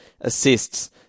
assists